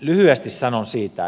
lyhyesti sanon siitä